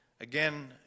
again